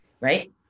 right